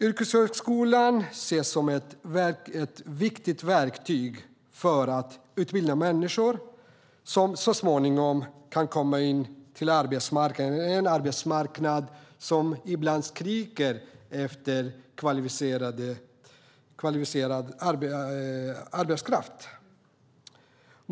Yrkeshögskolan ses som ett viktigt verktyg för att utbilda människor som så småningom kan komma in på en arbetsmarknad som ibland skriker efter kvalificerad arbetskraft.